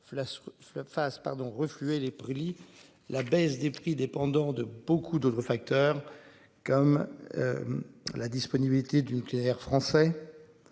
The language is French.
pardon refluer les prix. La baisse des prix dépendant de beaucoup d'autres facteurs comme, La disponibilité du nucléaire français.